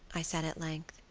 i said at length,